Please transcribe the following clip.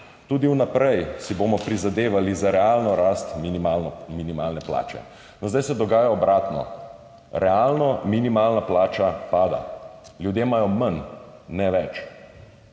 Tudi vnaprej si bomo prizadevali za realno rast minimalne plače.« Zdaj se dogaja obratno, realno minimalna plača pada, ljudje imajo manj, ne več.